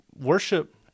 worship